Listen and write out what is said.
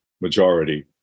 majority